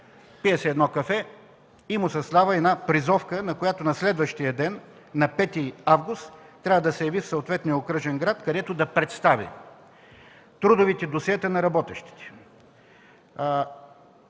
Пие се едно кафе и му се дава призовка, с която на следващия ден, 5 август, трябва да яви в съответния окръжен град, където да представи: трудовите досиета на работещите;